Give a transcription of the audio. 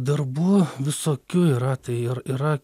darbų visokių yra tai ir yra